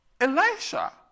Elisha